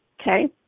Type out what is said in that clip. Okay